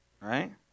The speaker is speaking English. right